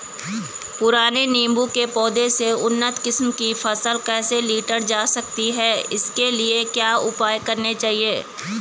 पुराने नीबूं के पौधें से उन्नत किस्म की फसल कैसे लीटर जा सकती है इसके लिए क्या उपाय करने चाहिए?